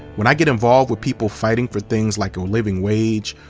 when i get involved with people fighting for things like a living wage,